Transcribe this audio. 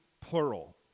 plural